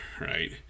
right